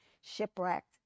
shipwrecked